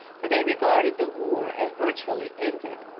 for they regarded the war as virtually ended.